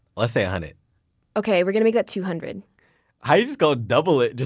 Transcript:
let's say a hundred okay, we're gonna make that two hundred how are you just gonna double it?